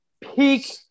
peak